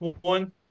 one